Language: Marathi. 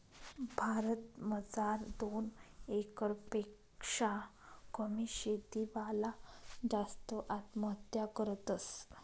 भारत मजार दोन एकर पेक्शा कमी शेती वाला जास्त आत्महत्या करतस